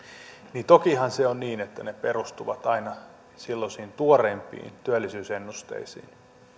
niin tokihan se on niin että ne perustuvat aina silloisiin tuoreimpiin työllisyysennusteisiin